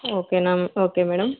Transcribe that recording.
ఓకేనా okay madam